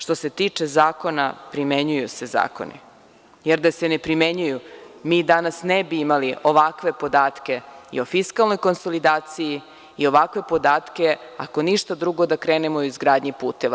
Što se tiče zakona, primenjuju se zakoni, jer da se ne primenjuju mi danas ne bi imali ovakve podatke i o fiskalnoj konsolidaciji i ovakve podatke ako ništa drugo da krenemo u izgradnju puteva.